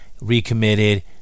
recommitted